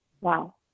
wow